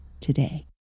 today